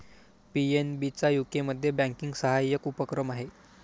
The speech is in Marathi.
पी.एन.बी चा यूकेमध्ये बँकिंग सहाय्यक उपक्रम आहे